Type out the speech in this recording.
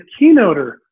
keynoter